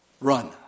run